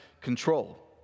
control